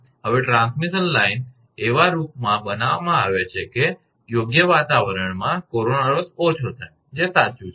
હવે transmission line એવા રૂપ માં બનાવવામાં આવે છે કે યોગ્ય વાતાવરણમાં કોરોના લોસ ઓછો હોય જે સાચું છે